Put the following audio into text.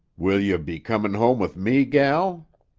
will you be comin' home with me, gel?